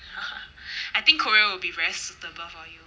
哈哈 I think korea will be very suitable for you